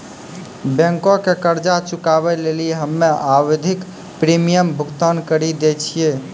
बैंको के कर्जा चुकाबै लेली हम्मे आवधिक प्रीमियम भुगतान करि दै छिये